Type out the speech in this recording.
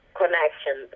connection